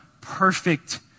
perfect